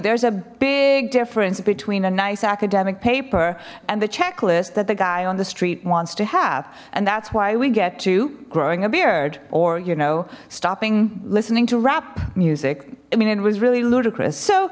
there's a big difference between a nice academic paper and the checklist that the guy on the street wants to have and that's why we get to growing a beard or you know stopping listening to rap music i mean it was really ludicrous so